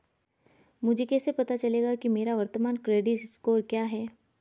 मुझे कैसे पता चलेगा कि मेरा वर्तमान क्रेडिट स्कोर क्या है?